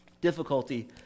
difficulty